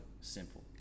simple